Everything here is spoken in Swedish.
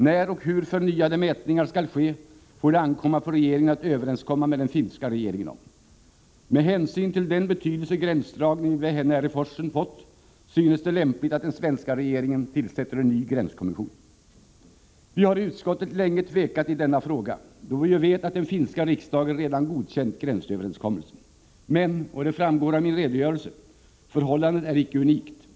När och hur förnyade mätningar skall ske får ankomma på regeringen att överenskomma med den finska regeringen om. Med hänsyn till den betydelse gränsdragningen vid Vähänärä-forsen fått synes det lämpligt att den svenska regeringen tillsätter en ny gränskommission. Vi har i utskottet länge tvekat i denna fråga, då vi ju vet att den finska riksdagen redan godkänt gränsöverenskommelsen. Men — och det framgår av min redogörelse — förhållandet är icke unikt.